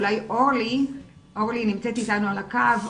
אורלי נמצאת איתנו על הקו.